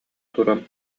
туран